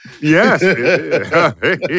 Yes